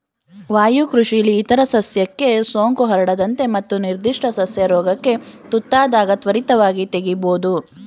ವಾಯುಕೃಷಿಲಿ ಇತರ ಸಸ್ಯಕ್ಕೆ ಸೋಂಕು ಹರಡದಂತೆ ಮತ್ತು ನಿರ್ಧಿಷ್ಟ ಸಸ್ಯ ರೋಗಕ್ಕೆ ತುತ್ತಾದಾಗ ತ್ವರಿತವಾಗಿ ತೆಗಿಬೋದು